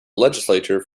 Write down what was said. legislature